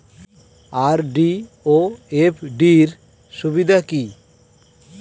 RD ও FD র সুবিধা কি?